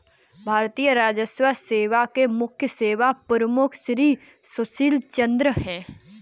भारतीय राजस्व सेवा के मुख्य सेवा प्रमुख श्री सुशील चंद्र हैं